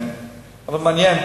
אבל מעניין,